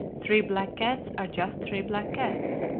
three black cats are just three black cats,